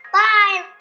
bye